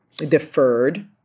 deferred